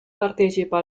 partecipa